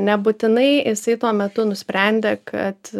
nebūtinai jisai tuo metu nusprendė kad